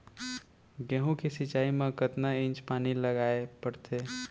गेहूँ के सिंचाई मा कतना इंच पानी लगाए पड़थे?